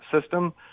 system